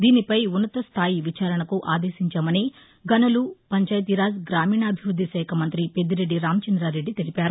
దీనిపై ఉన్నతస్థాయి విచారణకు ఆదేశించామని గనులు పంచాయతీరాజ్ గ్రామీణాభిప్పద్దిశాఖ మంతి పెద్దిరెద్ది రామచంద్రారెడ్ది తెలిపారు